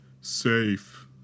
safe